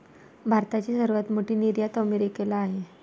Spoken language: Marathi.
भारताची सर्वात मोठी निर्यात अमेरिकेला आहे